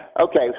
Okay